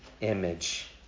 image